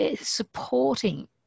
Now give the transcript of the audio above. supporting